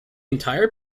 entire